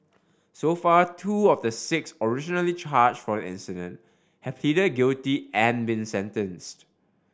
so far two of the six originally charge for the incident have pleaded guilty and been sentenced